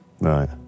right